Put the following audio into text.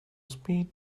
speed